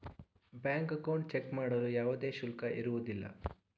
bank account check ಮಾಡಲು ಯಾವುದೇ ಶುಲ್ಕ ಇರುವುದಿಲ್ಲ